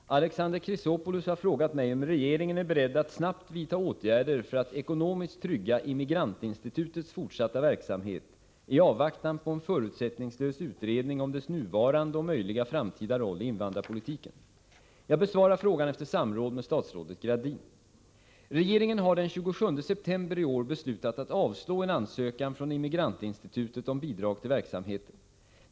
Herr talman! Alexander Chrisopoulos har frågat mig om regeringen är beredd att snabbt vidta åtgärder för att ekonomiskt trygga Immigrant Institutets fortsatta verksamhet i avvaktan på en förutsättningslös utredning om dess nuvarande och möjliga framtida roll i invandrarpolitiken. Jag besvarar frågan efter samråd med statsrådet Gradin. Regeringen har den 27 september i år beslutat att avslå en ansökan från Immigrant-Institutet om bidrag till verksamheten.